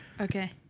Okay